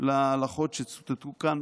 להלכות שצוטטו כאן